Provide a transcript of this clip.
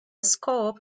scope